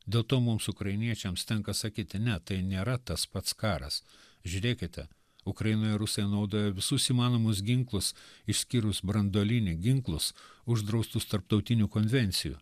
dėl to mums ukrainiečiams tenka sakyti ne tai nėra tas pats karas žiūrėkite ukrainoje rusai naudoja visus įmanomus ginklus išskyrus branduolinį ginklus uždraustus tarptautinių konvencijų